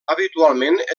habitualment